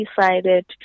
decided